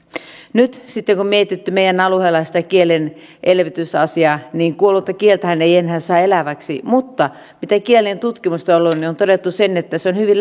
nyt sitten kun on mietitty meidän alueella sitä kielen elvytysasiaa niin kuollutta kieltähän ei enää saa eläväksi mutta mitä on ollut kielentutkimusta niin on todettu se että se on ollut hyvin